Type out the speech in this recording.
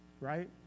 right